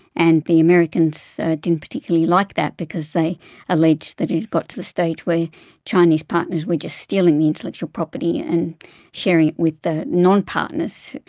and the americans didn't particularly like that because they alleged that it had got to the stage where chinese partners were just stealing the intellectual property and sharing it with the non-partners,